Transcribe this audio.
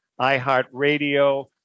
iHeartRadio